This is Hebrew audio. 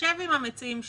תשב עם המציעים שוב,